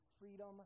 freedom